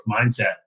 mindset